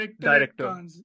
Director